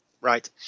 Right